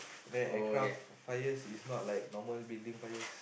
then aircraft fires is not like normal building fires